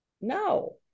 No